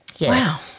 Wow